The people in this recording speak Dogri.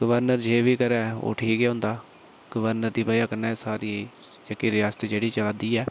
गर्वरनर जे बी करै ओह् ठीक गै होंदा गर्वरनर दी बजह् कन्नै गै एह् सारी रियासत जेह्की चला दी ऐ